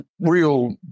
real